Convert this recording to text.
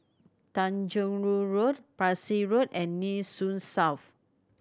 Tanjong Rhu Road Parsi Road and Nee Soon South